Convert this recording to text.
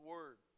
Word